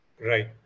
Right